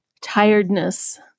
tiredness